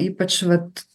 ypač vat